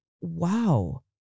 wow